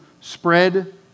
spread